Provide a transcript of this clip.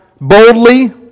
boldly